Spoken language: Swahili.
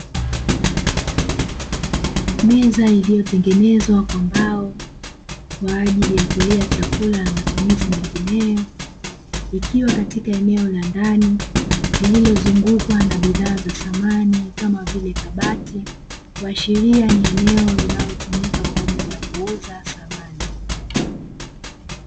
Meza iliyotengenezwa kwa mbao kwa ajili ya kulia chakula na matumizi mengineyo, ikiwa katika eneo la ndani lililozungukwa na bidhaa za samani kama vile kabati, kuashiria ni eneo linalotumika kwa ajili ya kuuza samani.